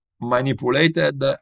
manipulated